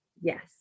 Yes